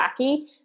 wacky